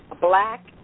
black